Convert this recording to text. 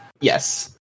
Yes